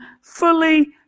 fully